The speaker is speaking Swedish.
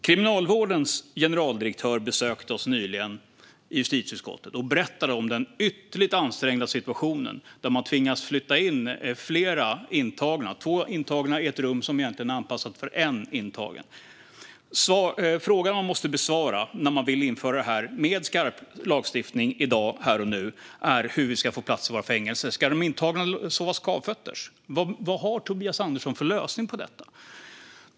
Kriminalvårdens generaldirektör besökte oss nyligen i justitieutskottet och berättade om den ytterligt ansträngda situationen. Man tvingas flytta in flera intagna och ha två intagna i ett rum som egentligen är anpassat för en intagen. Frågan man måste besvara när man vill införa detta med skarp lagstiftning i dag här och nu är hur vi ska skapa plats i våra fängelser. Ska de intagna sova skavfötters? Vad har Tobias Andersson för lösning på detta?